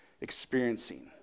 experiencing